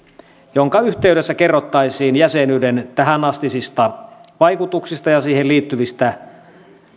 jonka yhteydessä kerrottaisiin jäsenyyden tähänastisista vaikutuksista ja siihen liittyvistä